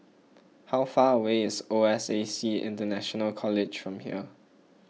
how far away is O S A C International College from here